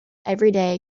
everyday